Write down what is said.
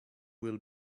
will